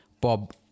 Bob